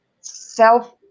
self